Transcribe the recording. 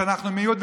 שאנחנו מיעוט,